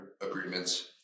agreements